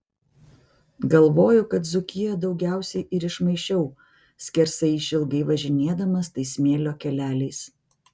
galvoju kad dzūkiją daugiausiai ir išmaišiau skersai išilgai važinėdamas tais smėlio keleliais